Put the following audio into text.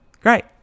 great